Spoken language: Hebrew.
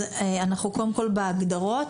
אז קודם כל בהגדרות,